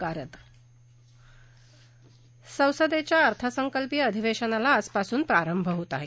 गारद संसदेच्या अर्थसंकल्पीय अधिवेशनाला आजपासून प्रारंभ होत आहे